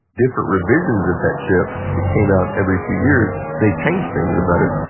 different revisions of that chip, it came out every few years, they changed things about it.